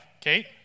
Kate